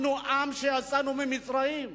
אנחנו עם שיצאנו ממצרים,